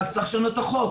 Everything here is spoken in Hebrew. רק צריך לשנות את החוק,